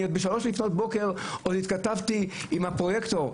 ב-3 לפנות בוקר עוד התכתבתי עם הפרויקטור,